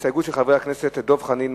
הסתייגות של חברי הכנסת דב חנין,